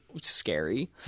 scary